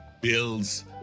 builds